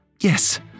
Yes